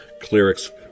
cleric's